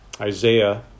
isaiah